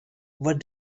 what